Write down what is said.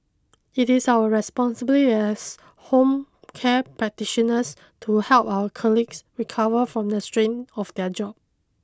it is our responsibility as home care practitioners to help our colleagues recover from the strain of their jobs